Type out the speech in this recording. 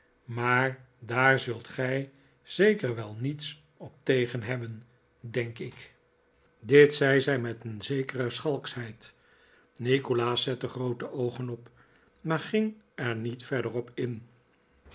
raaar daar zult gij zeker wel niets op tegen hebben denk ik dit zei zij met een zekere schalkschheid nikolaas zette groote oogen op maar ging er niet verder op in